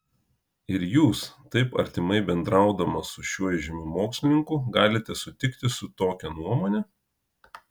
ir jūs taip artimai bendraudama su šiuo įžymiu mokslininku galite sutikti su tokia nuomone